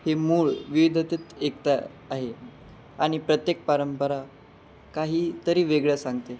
हे मूळ विविधतेत एकता आहे आणि प्रत्येक परंपरा काही तरी वेगळं सांगते